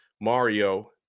Mario